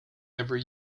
every